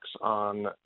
on